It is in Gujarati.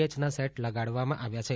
એચના સેટ લગાડવામાં આવ્યા છે